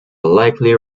likely